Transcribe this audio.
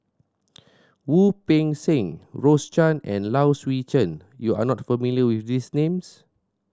Wu Peng Seng Rose Chan and Low Swee Chen you are not familiar with these names